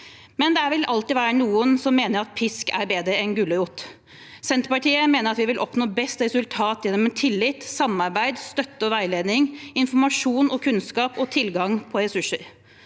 men det vil vel alltid være noen som mener at pisk er bedre enn gulrot. Senterpartiet mener at vi vil oppnå best resultat gjennom tillit, samarbeid, støtte og veiledning, informasjon og kunnskap og tilgang på ressurser.